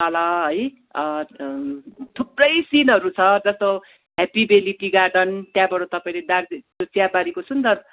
तल है थुप्रै सिनहरू छ जस्तो ह्याप्पी भ्याल्ली टी गार्डन त्यहाँबाट तपाईँले दार्जिलिङ को चियाबारीको सुन्दर